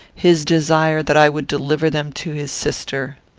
his desire that i would deliver them to his sister.